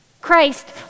Christ